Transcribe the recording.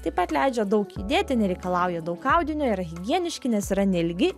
taip pat leidžia daug judėti nereikalauja daug audinio yra higieniški nes yra neilgi